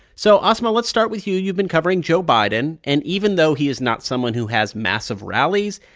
so asma, let's start with you. you've been covering joe biden. and even though he is not someone who has massive rallies,